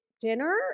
dinner